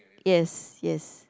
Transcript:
yes yes